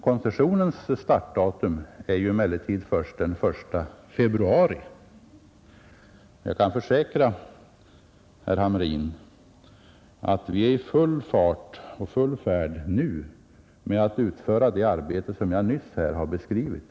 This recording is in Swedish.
Koncessionens startdatum är emellertid den 1 februari. Jag kan försäkra herr Hamrin att vi nu är i full färd med att utföra det arbete som jag nyss har beskrivit.